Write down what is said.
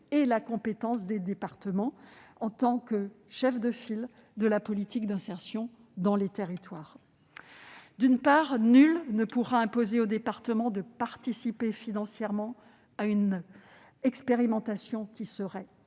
et la compétence des départements en tant que chefs de file de la politique d'insertion dans les territoires. D'une part, nul ne pourra imposer aux départements de participer financièrement à une expérimentation qui serait